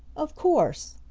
of course,